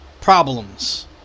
problems